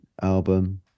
album